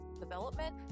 development